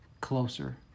closer